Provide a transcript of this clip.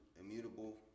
immutable